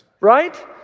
right